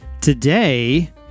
today